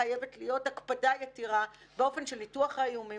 חייבת להיות הקפדה יתרה באופן של ניתוח האיומים,